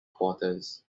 quarters